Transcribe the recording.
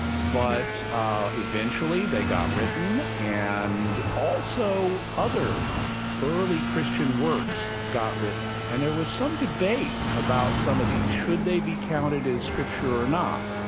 but eventually, they got written, and also, other early christian works got written and there was some debate about some of these, should they be counted as scripture or not.